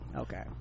okay